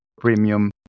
Premium